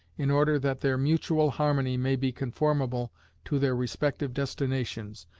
in order that their mutual harmony may be conformable to their respective destinations,